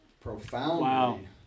profoundly